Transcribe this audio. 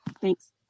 Thanks